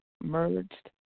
merged